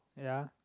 ya